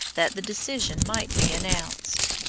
that the decision might be announced.